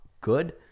good